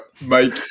Mike